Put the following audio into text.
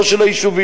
לא של היישובים,